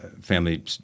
family